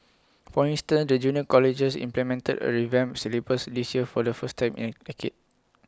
for instance the junior colleges implemented A revamped syllabus this year for the first time in A decade